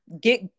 get